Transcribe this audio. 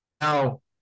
now